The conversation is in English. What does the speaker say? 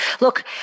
look